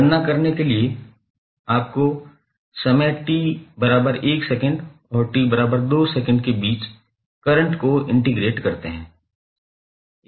गणना करने के लिए आपको समय 𝑡1s और 𝑡2s के बीच करंट को इंटेग्रेट करते है